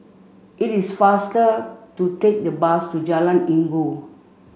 it is faster to take the bus to Jalan Inggu